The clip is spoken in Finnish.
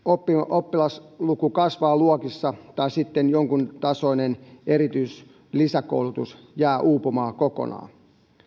oppilasluku kasvaa luokissa tai sitten jonkintasoinen erityislisäkoulutus jää uupumaan kokonaan